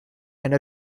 and